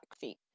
feet